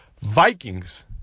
Vikings